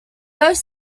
both